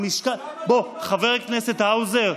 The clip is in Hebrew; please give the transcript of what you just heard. בוא, חבר הכנסת האוזר,